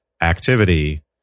activity